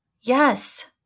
Yes